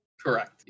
Correct